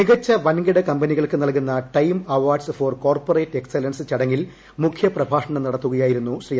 മികച്ച വൻകിട കമ്പനികൾക്ക് നൽകുന്ന Time awards for corporate excellence ചടങ്ങിൽ മുഖ്യപ്രഭാഷണം നടത്തുകയായിരുന്നു ശ്രീ